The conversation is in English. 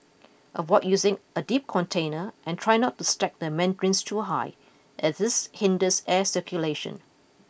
avoid using a deep container and try not to stack the mandarins too high as this hinders air circulation